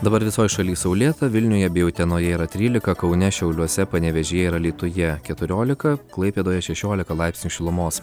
dabar visoj šaly saulėta vilniuje bei utenoje yra trylika kaune šiauliuose panevėžyje ir alytuje keturiolika klaipėdoje šešiolika laipsnių šilumos